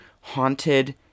haunted